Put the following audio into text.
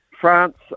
France